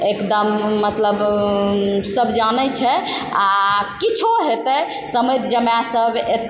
एकदम मतलब सब जानै छै आओर किछो हेतै समधि जमाय सब एता